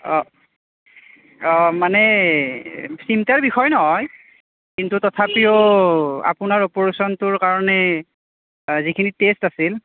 অঁ অঁ মানে চিন্তাৰ বিষয় নহয় কিন্তু তথাপিও আপোনাৰ অপাৰেশ্যনটোৰ কাৰণে যিখিনি টেষ্ট আছিল